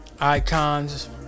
icons